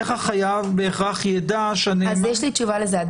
איך החייב בהכרח ידע שהנאמן --- יש לי תשובה לזה.